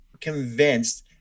convinced